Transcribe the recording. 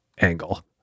angle